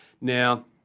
Now